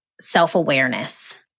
self-awareness